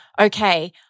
Okay